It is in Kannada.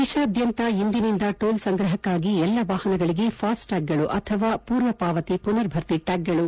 ದೇತಾದ್ದಂತ ಇಂದಿನಿಂದ ಟೋಲ್ ಸಂಗ್ರಹಕ್ಕಾಗಿ ಎಲ್ಲಾ ವಾಹನಗಳಿಗೆ ಫಾಸ್ಟ್ಟ್ಟಾಗ್ಗಳು ಅಥವಾ ಪೂರ್ವ ಪಾವತಿ ಪುನರ್ಭರ್ತಿ ಟ್ಲಾಗ್ಗಳು ಕಡ್ಡಾಯ